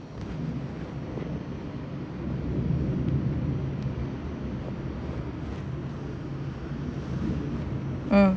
mm